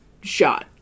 shot